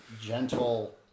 gentle